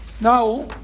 Now